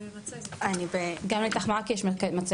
בלי לחץ.